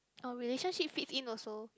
oh relationship fits in also